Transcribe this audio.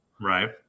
Right